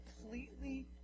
completely